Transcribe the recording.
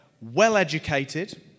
well-educated